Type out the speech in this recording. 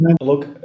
Look